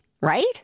right